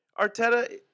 Arteta